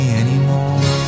anymore